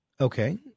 okay